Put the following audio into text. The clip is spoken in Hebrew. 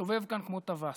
שמסתובב כאן כמו טווס.